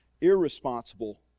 irresponsible